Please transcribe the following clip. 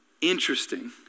Interesting